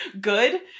good